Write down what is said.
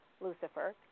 Lucifer